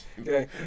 Okay